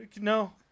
no